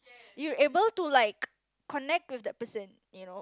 you're able to like connect with that person you know